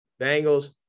Bengals